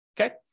okay